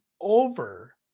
over